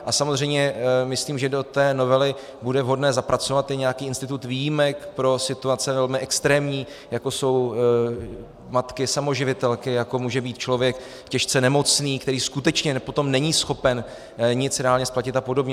A samozřejmě si myslím, že do té novely bude vhodné zapracovat i nějaký institut výjimek pro situace velmi extrémní, jako jsou matky samoživitelky, jako může být člověk těžce nemocný, který potom skutečně není schopen nic reálně splatit, a podobně.